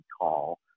call